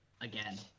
again